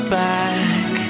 back